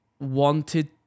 wanted